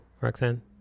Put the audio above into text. roxanne